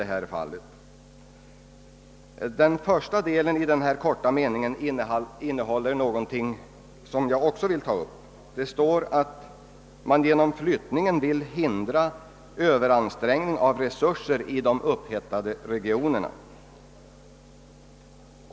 Den första delen i denna korta mening innehåller något som jag också vill ta upp. Det står att man genom flyttningen vill hindra överansträngning av resurser i de upphettade regionerna.